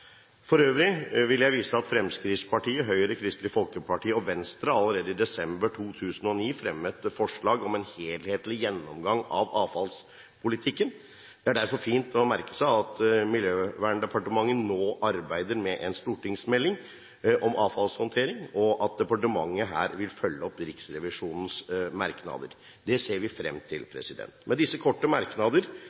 For øvrig vil jeg vise til at Fremskrittspartiet, Høyre, Kristelig Folkeparti og Venstre allerede i desember 2009 fremmet forslag om en helhetlig gjennomgang av avfallspolitikken. Det er derfor fint å merke seg at Miljøverndepartementet nå arbeider med en stortingsmelding om avfallshåndtering, og at departementet her vil følge opp Riksrevisjonens merknader. Det ser vi frem til. Med disse korte merknader